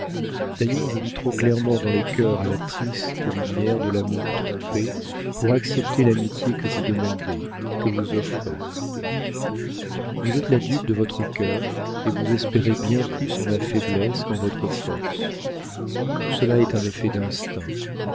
d'ailleurs je lis trop clairement dans les cœurs à la triste lumière de l'amour trompé pour accepter l'amitié que vous demandez que vous offrez vous êtes la dupe de votre cœur et vous espérez bien plus en ma faiblesse qu'en votre force tout cela est un effet d'instinct